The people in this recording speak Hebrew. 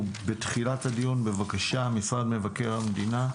ובתחילת הדיון משרד מבקר המדינה,